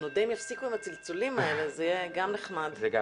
הבית הפתוח הוקם לפני למעלה מ-20 שנה, הוא הוקם